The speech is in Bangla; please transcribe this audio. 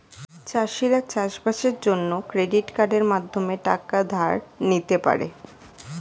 চাষিরা চাষবাসের জন্য ক্রেডিট কার্ডের মাধ্যমে টাকা ধার নিতে পারে